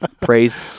Praise